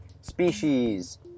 species